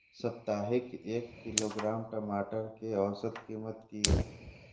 साप्ताहिक एक किलोग्राम टमाटर कै औसत कीमत किए?